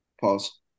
Pause